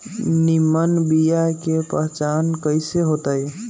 निमन बीया के पहचान कईसे होतई?